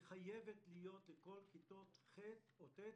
היא חיבת להיות בכל כיתות ח' או ט',